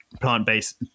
plant-based